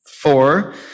four